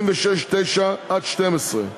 26(9) (12),